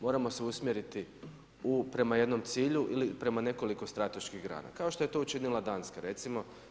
Moramo se usmjeriti prema jednom cilju ili prema nekoliko strateških grana kao što je to učinila Danska recimo.